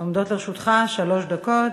עומדות לרשותך שלוש דקות.